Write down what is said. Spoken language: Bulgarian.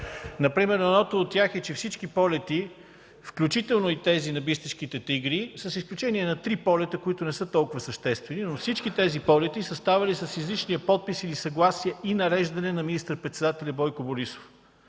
важни неща. Едното от тях е, че всички полети, включително и тези на „Бистришките тигри”, с изключение на три полета, които не са толкова съществени, са ставали с изричния подпис или съгласие и нареждане на министър-председателя Бойко Борисов.